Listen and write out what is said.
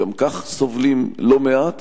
שגם כך סובלים לא מעט,